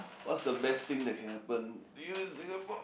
what's the best thing that can happen to you in Singapore